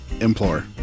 implore